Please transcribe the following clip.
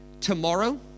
Tomorrow